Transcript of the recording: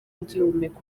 ugihumeka